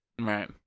Right